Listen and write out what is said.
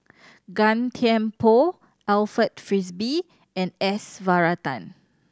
Gan Thiam Poh Alfred Frisby and S Varathan